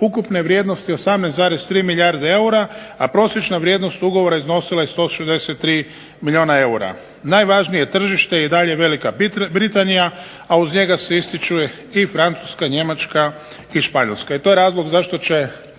ukupne vrijednosti 18,3 milijarde eura, a prosječna vrijednost ugovora iznosila je 163 milijuna eura. Najvažnije tržište i dalje je Velika Britanija, a uz njega se ističu i Francuska, Njemačka i Španjolska.